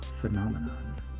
phenomenon